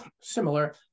similar